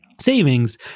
savings